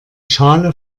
schale